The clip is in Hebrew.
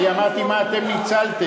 אני אמרתי מה אתם ניצלתם.